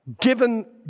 given